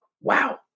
wow